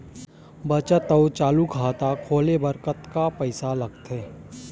बचत अऊ चालू खाता खोले बर कतका पैसा लगथे?